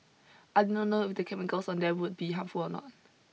I did not know if the chemicals on them would be harmful or not